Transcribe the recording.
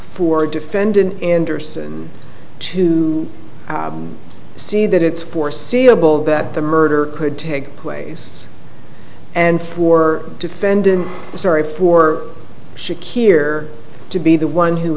for a defendant anderson to see that it's foreseeable that the murder could take place and for defendant sorry for she keir to be the one who